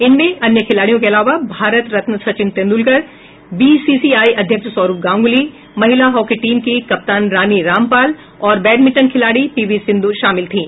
इनमें अन्य खिलाडियों के अलावा भारत रत्न सचिन तेंड्लकर बीसीसीआई अध्यक्ष सौरभ गांग्ली महिला हॉकी टीम की कप्तान रानी रामपाल और बैडमिंटन खिलाडी पीवी सिंध्र शामिल थीं